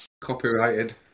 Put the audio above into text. Copyrighted